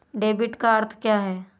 Debit का अर्थ क्या है?